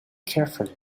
carefully